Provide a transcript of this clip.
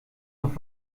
noch